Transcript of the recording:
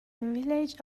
village